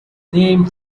name